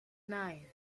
nine